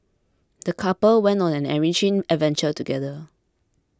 the couple went on an enriching adventure together